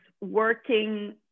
working